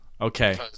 Okay